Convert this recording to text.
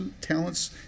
talents